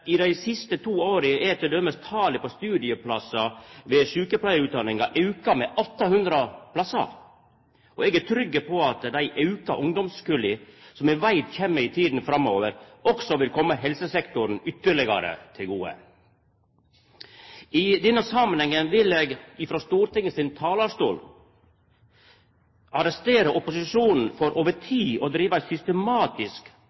I dei siste to åra er t.d. talet på studieplassar ved sjukepleiarutdanninga auka med 800. Eg er trygg på at dei auka ungdomskulla som me veit kjem i tida framover, også vil koma helsesektoren ytterlegare til gode. I denne samanhengen vil eg, frå Stortingets talarstol, arrestera opposisjonen for over